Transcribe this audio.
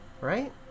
right